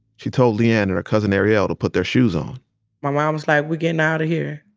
she told le-ann and her cousin aralle to put their shoes on my mom was like, we're getting out of here.